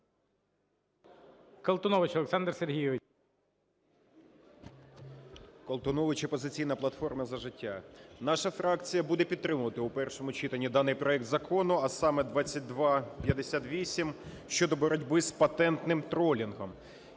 Колтунович Олександр Сергійович. 17:58:23 КОЛТУНОВИЧ О.С. Колтунович, "Опозиційна платформа – За життя". Наша фракція буде підтримувати у першому читанні даний проект закону, а саме 2258, щодо боротьби з патентним тролінгом.